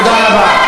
תודה רבה.